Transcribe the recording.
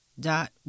dot